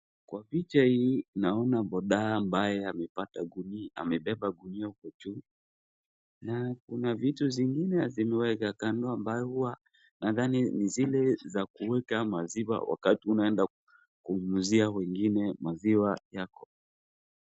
kwa picha hii naona boda ambaye amebeba gunia uku juu. Na kuna vitu zingine zimewekwa kando ambazo huwa nathani ni zile za kuweka maziwa wakati unaenda kuwauzia wengine maziwa yako.